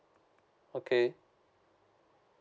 okay